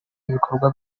ibikorwa